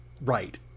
right